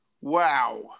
Wow